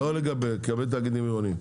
לא לגבי תאגידים עירוניים.